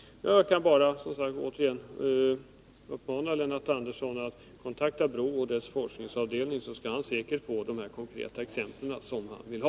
Jag kan bara återigen uppmana Lennart Andersson att kontakta BRÅ:s forskningsavdelning, så skall han säkert få de konkreta exempel som han vill ha.